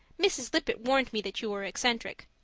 mrs. lippett warned me that you were eccentric.